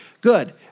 Good